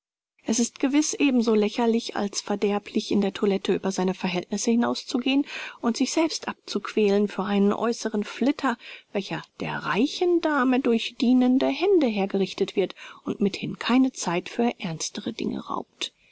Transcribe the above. es ist gewiß ebenso lächerlich als verderblich in der toilette über seine verhältnisse hinauszugehen und sich selbst abzuquälen für einen äußeren flitter welcher der reichen dame durch dienende hände hergerichtet wird und mithin keine zeit für ernstere dinge raubt